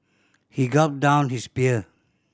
he gulped down his beer